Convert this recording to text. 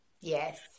yes